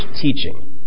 teaching